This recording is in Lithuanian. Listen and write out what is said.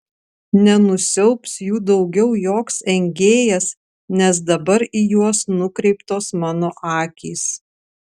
nenusiaubs jų daugiau joks engėjas nes dabar į juos nukreiptos mano akys